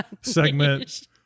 segment